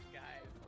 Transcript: guys